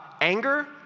anger